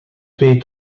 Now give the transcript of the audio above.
twee